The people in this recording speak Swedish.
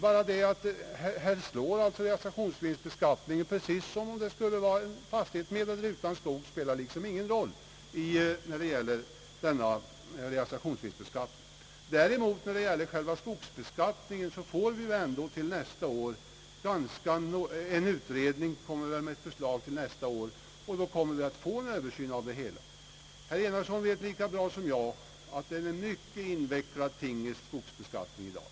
Här slår realisationsvinstbeskattningen precis lika, oavsett om det är en fastighet med eller utan skog. När det däremot gäller själva skogsbeskattningen kommer däremot en utredning till nästa år med ett förslag. Då kommer vi att få en översyn av hela problemet. Herr Enarsson vet lika bra som jag, att skogsbeskattningen i dag är en mycket komplicerad skatt.